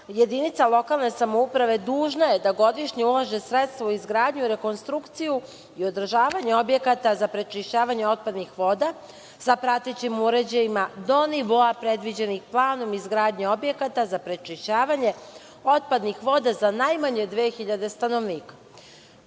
jedinica lokalne samouprave dužna je da godišnje ulaže sredstva u izgradnju, rekonstrukciju i održavanja objekata za prečišćavanje otpadnih voda sa pratećim uređajima do nivoa predviđenih planom izgradnje objekata za prečišćavanje otpadnih voda za najmanje 2.000 stanovnika. Ovo